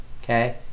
Okay